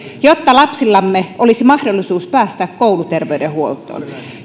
jotta lapsillamme olisi mahdollisuus päästä kouluterveydenhuoltoon